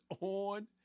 on